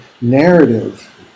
narrative